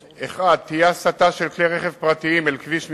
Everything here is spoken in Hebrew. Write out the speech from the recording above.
האחד, תהיה הסטה של כלי רכב פרטיים אל כביש מס'